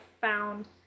found